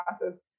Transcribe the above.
process